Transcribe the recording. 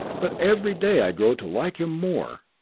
but every day i grow to like him more.